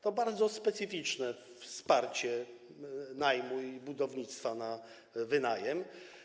To bardzo specyficzne wsparcie najmu i budownictwa na wynajem.